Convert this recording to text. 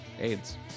AIDS